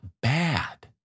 bad